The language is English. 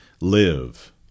live